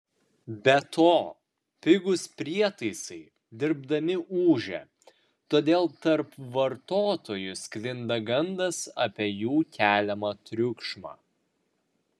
be to pigūs prietaisai dirbdami ūžia todėl tarp vartotojų sklinda gandas apie jų keliamą triukšmą